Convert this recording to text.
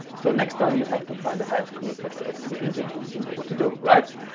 so next time you have to find the highest common factor of two integers you know what to do right?